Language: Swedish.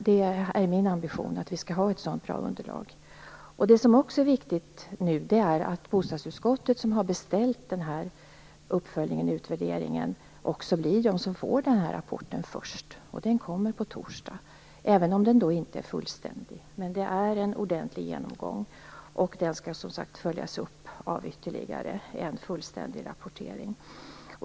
Det är min ambition att vi skall ha ett sådant bra underlag. Vad som också är viktigt nu är att bostadsutskottet, som har beställt den här uppföljningen och utvärderingen, också blir den instans som får rapporten först. Den kommer på torsdag. Den innebär en ordentlig genomgång, även om den inte är fullständig. Den skall följas upp av ytterligare en fullständig rapportering.